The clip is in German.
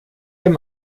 dem